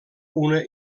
una